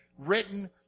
written